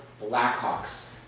Blackhawks